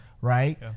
right